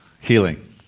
healing